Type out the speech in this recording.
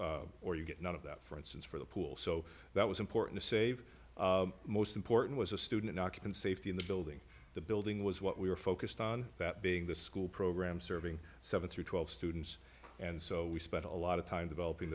you get none of that for instance for the pool so that was important to save most important was a student occupant safety in the building the building was what we were focused on that being the school program serving seven through twelve students and so we spent a lot of time developing